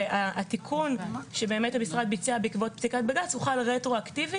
התיקון שהמשרד ביצע בעקבות פסיקת בג"ץ הוחל רטרואקטיבית.